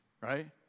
right